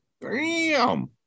Bam